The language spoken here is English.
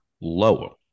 lower